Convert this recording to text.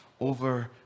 over